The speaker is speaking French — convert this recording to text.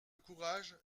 courage